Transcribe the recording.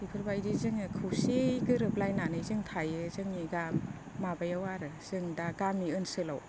बेफोरबायदि जोङो खौसेयै गोरोब लायनानै जों थायो जोंनि माबायाव आरो जों दा गामि ओनसोलाव